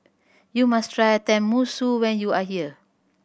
you must try Tenmusu when you are here